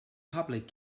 public